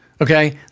Okay